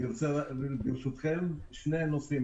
ברשותכם, אני רוצה להעלות שני נושאים: